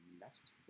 next